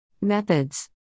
methods